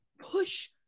push